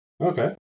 Okay